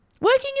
Working